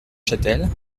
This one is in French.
chatel